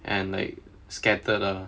and like scattered ah